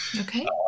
Okay